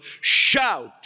shout